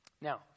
Now